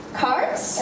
cards